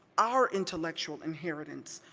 our intellectual inheritance,